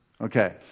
Okay